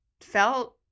felt